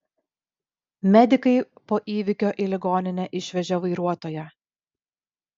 medikai po įvykio į ligoninę išvežė vairuotoją